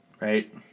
Right